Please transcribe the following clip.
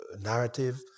narrative